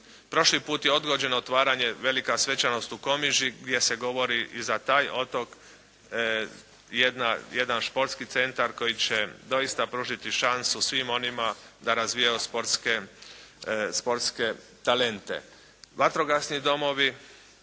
prošli put je odgođeno otvaranje, velika svečanost u Komiži gdje se govori i za taj otok, jedan športski centar koji će doista pružiti šansu svim onima da razvijaju sportske talente. Vatrogasni domovi